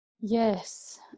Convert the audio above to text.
yes